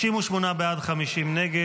58 בעד, 50 נגד.